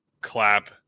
clap